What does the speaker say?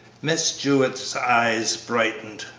miss jewett's eyes brightened.